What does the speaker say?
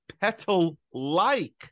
petal-like